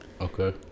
okay